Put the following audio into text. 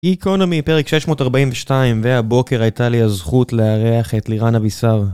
איקונומי פרק 642 והבוקר הייתה לי הזכות לארח את לירן אביסר